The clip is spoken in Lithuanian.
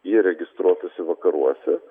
jie registruotųsi vakaruose